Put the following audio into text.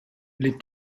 les